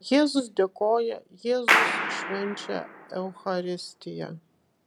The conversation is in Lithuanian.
jėzus dėkoja jėzus švenčia eucharistiją